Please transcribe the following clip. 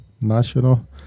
National